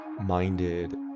minded